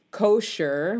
kosher